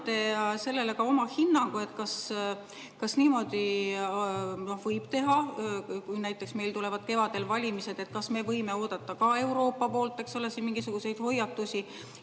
sellele ka oma hinnangu, kas niimoodi võib teha? Kui näiteks meil tulevad kevadel valimised, kas me võime oodata ka Euroopa poolt siin mingisuguseid hoiatusi?